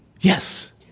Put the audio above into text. Yes